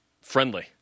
friendly